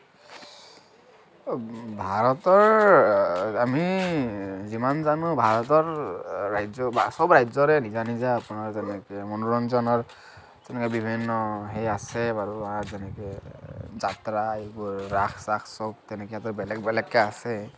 ভাৰতৰ আমি যিমান জানো ভাৰতৰ ৰাজ্য় চব ৰাজ্যৰে নিজা নিজা আপোনাৰ যেনেকে মনোৰঞ্জনৰ তেনেকে বিভিন্ন সেই আছে বাৰু যেনেকে যাত্ৰা এইবোৰ ৰাস চাস চব তেনেকে এটা বেলেগ বেলেগকে আছে